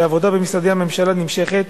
והעבודה במשרדי הממשלה נמשכת.